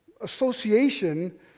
association